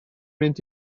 mynd